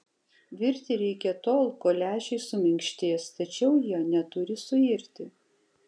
virti reikia tol kol lęšiai suminkštės tačiau jie neturi suirti